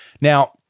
Now